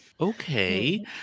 Okay